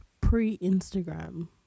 pre-Instagram